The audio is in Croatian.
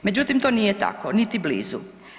Međutim to nije tako biti blizu.